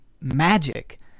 magic